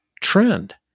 trend